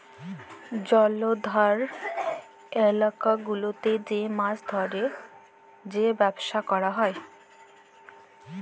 জলাধার ইলাকা গুলাতে যে মাছ ধ্যরে যে ব্যবসা ক্যরা হ্যয়